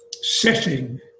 setting